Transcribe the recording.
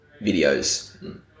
videos